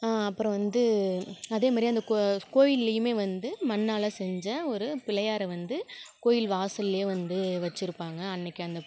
அப்புறம் வந்து அதேமாதிரி அந்த கோ கோயில்லியுமே வந்து மண்ணால் செஞ்ச ஒரு பிள்ளையாரை வந்து கோயில் வாசல்லியே வந்து வச்சுருப்பாங்க அன்றைக்கு அந்த